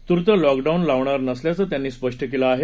तूर्त लॉकडाऊन लावणार नसल्याचं त्यांनी स्पष्ट केलं आहे